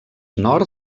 nord